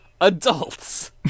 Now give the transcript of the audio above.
adults